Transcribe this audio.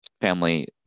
family